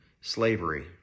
slavery